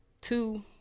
Two